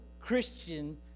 Christian